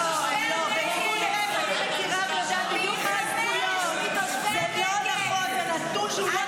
תושבי יהודה ושומרון זוכים בפי חמישה מהצפון ומתושבי הנגב.